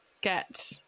get